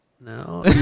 No